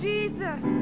Jesus